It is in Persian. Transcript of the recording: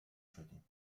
شدیم